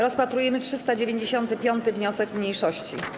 Rozpatrujemy 395. wniosek mniejszości.